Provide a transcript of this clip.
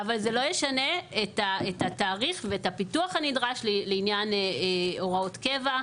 אבל זה לא ישנה את התאריך ואת הפיתוח הנדרש לעניין הוראות קבע,